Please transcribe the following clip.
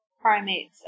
primates